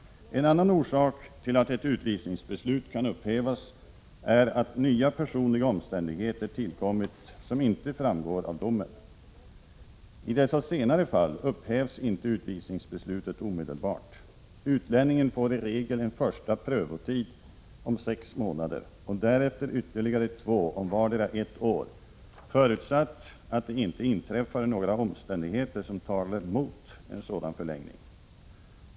En annan orsak till att ett utvisningsbeslut kan upphävas är att nya personliga omständigheter tillkommit som inte framgår av domen. I dessa senare fall upphävs inte utvisningsbeslutet omedelbart. Utlänningen får i regel en första ”prövotid” om sex månader och därefter ytterligare två om vardera ett år, förutsatt att det inte inträffar några omständigheter som talar mot en sådan förlängning.